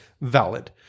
valid